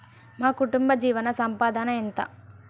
మా కుటుంబ జీవన సంపాదన ఎంత?